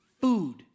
food